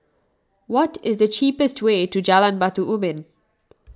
what is the cheapest way to Jalan Batu Ubin